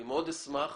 אני מאוד אשמח